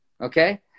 okay